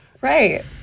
Right